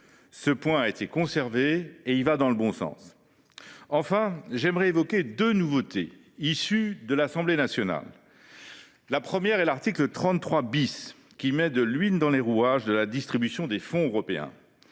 Ce point a été conservé, ce qui va dans le bon sens. Enfin, j’aimerais évoquer deux nouveautés introduites par l’Assemblée nationale. Premièrement, l’article 33 met de l’huile dans les rouages de la distribution des fonds européens.